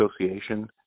association